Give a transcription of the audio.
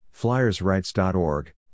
FlyersRights.org